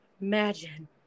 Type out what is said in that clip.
Imagine